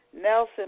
Nelson